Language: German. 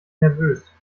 nervös